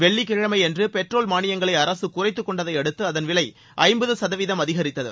வெள்ளிக்கிழமையன்று petrol மாளியங்களை அரசு குறைத்துக் கொண்டதை அடுத்து அதன் விலை ஐம்பது சதவீதம் அதிகரித்தது